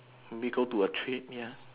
maybe go to a trade ya